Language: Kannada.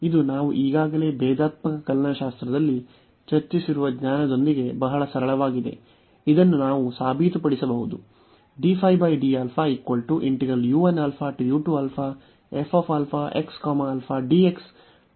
ಇದು ನಾವು ಈಗಾಗಲೇ ಭೇದಾತ್ಮಕ ಕಲನಶಾಸ್ತ್ರದಲ್ಲಿ ಚರ್ಚಿಸಿರುವ ಜ್ಞಾನದೊಂದಿಗೆ ಬಹಳ ಸರಳವಾಗಿದೆ ಇದನ್ನು ನಾವು ಸಾಬೀತುಪಡಿಸಬಹುದು